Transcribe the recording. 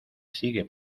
sigue